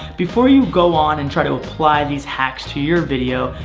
before you go on and try to apply these hacks to your video,